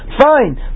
Fine